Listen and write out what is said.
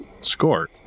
Score